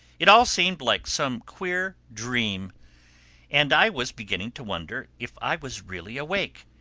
it all seemed like some queer dream and i was beginning to wonder if i was really awake,